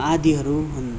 आदिहरू हुन्